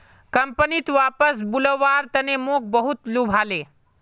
कंपनीत वापस बुलव्वार तने मोक बहुत लुभाले